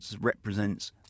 represents